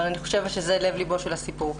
אבל אני חושבת שזה לב-לבו של הסיפור.